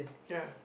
ya